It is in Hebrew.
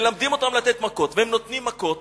מלמדים אותם לתת מכות והם נותנים מכות,